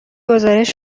گزارش